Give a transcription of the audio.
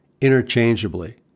interchangeably